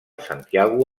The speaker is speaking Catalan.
santiago